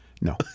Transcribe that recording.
No